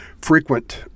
frequent